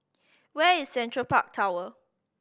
where is Central Park Tower